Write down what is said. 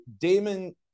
Damon